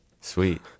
Sweet